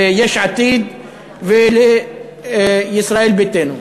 ליש עתיד ולישראל ביתנו.